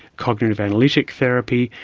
cognitive analytic therapy.